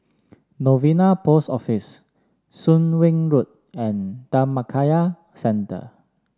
Novena Post Office Soon Wing Road and Dhammakaya Centre